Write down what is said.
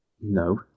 No